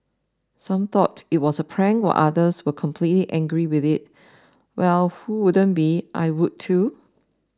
some thought it was a prank while others were completed angry with us well who wouldn't be I would too